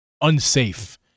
unsafe